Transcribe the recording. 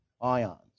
ions